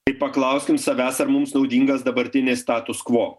tai paklauskim savęs ar mums naudingas dabartinis status kvo